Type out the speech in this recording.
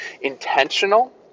intentional